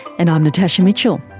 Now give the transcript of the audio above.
and i'm natasha mitchell,